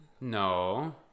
No